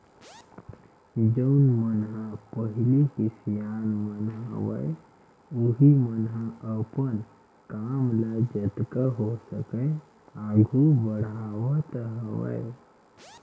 जउन मन ह पहिली के सियान मन हवय उहीं मन ह अपन काम ल जतका हो सकय आघू बड़हावत हवय